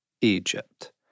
Egypt